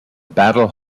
battle